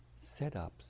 setups